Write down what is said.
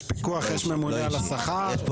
יש פיקוח, יש ממונה על השכר.